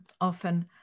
often